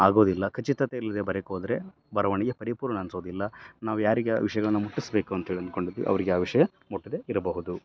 ಆಗೋದಿಲ್ಲ ಖಚಿತತೆ ಇಲ್ಲದೇ ಬರೆಯೋಕ್ಕೋದ್ರೆ ಬರವಣಿಗೆ ಪರಿಪೂರ್ಣ ಅನ್ಸೋದಿಲ್ಲ ನಾವು ಯಾರಿಗೆ ಆ ವಿಷಯಗಳ್ನ ಮುಟ್ಟಿಸ್ಬೇಕೋ ಅಂತೇಳಿ ಅಂದ್ಕೊಂಡಿದ್ವಿ ಅವರಿಗೆ ಆ ವಿಷಯ ಮುಟ್ಟದೆ ಇರಬಹುದು